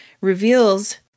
reveals